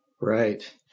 Right